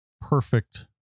Perfect